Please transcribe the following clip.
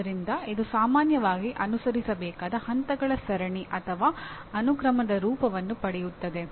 ಆದ್ದರಿಂದ ಇದು ಸಾಮಾನ್ಯವಾಗಿ ಅನುಸರಿಸಬೇಕಾದ ಹಂತಗಳ ಸರಣಿ ಅಥವಾ ಅನುಕ್ರಮದ ರೂಪವನ್ನು ಪಡೆಯುತ್ತದೆ